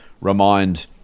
remind